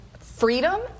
freedom